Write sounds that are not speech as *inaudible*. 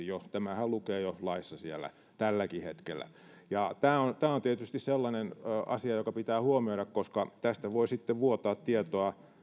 *unintelligible* jo lainsäädäntöpohjaisesti tämähän lukee jo siellä laissa tälläkin hetkellä tämä on tämä on tietysti sellainen asia joka pitää huomioida koska tästä voi sitten vuotaa tietoa